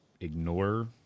ignore